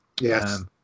Yes